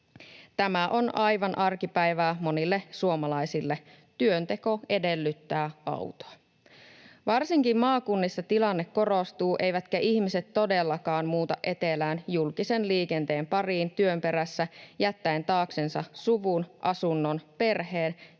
Tämä on aivan arkipäivää monille suomalaisille: työnteko edellyttää autoa. Varsinkin maakunnissa tilanne korostuu, eivätkä ihmiset todellakaan muuta etelään julkisen liikenteen pariin työn perässä jättäen taaksensa suvun, asunnon, perheen ja